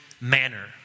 manner